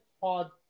pod